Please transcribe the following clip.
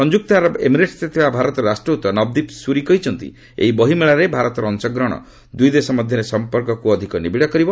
ସଂଯୁକ୍ତ ଆରବ ଏମିରେଟସ୍ରେ ଥିବା ଭାରତର ରାଷ୍ଟ୍ରଦତ ନବଦୀପ ସୁରୀ କହିଛନ୍ତି ଏହି ବହିମେଳାରେ ଭାରତର ଅଂଶଗ୍ରହଣ ଦୁଇ ଦେଶ ମଧ୍ୟରେ ସମ୍ପର୍କକୁ ଅଧିକ ନିବିଡ଼ କରିବ